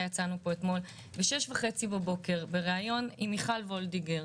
יצאנו פה אתמול בשעה 06:30 בבוקר בראיון עם מיכל וולדיגר,